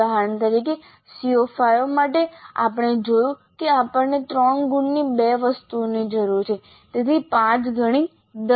ઉદાહરણ તરીકે CO5 માટે આપણે જોયું કે આપણને 3 ગુણની બે વસ્તુઓની જરૂર છે તેથી પાંચ ગણી 10